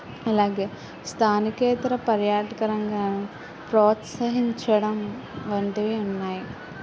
ఇలాగే స్థానికేతర పర్యాటకరంగం ప్రోత్సహించడం వంటివి ఉన్నాయి